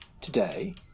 Today